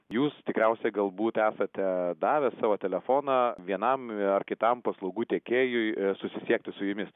jūs tikriausiai galbūt esate davęs savo telefoną vienam ar kitam paslaugų tiekėjui susisiekti su jumis